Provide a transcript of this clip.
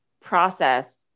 process